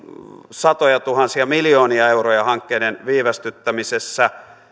satojatuhansia miljoonia euroja hankkeiden viivästyttämisestä